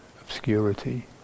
obscurity